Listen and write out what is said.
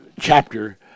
chapter